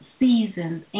seasons